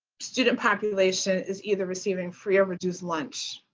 student population is either receiving free or reduced lunch.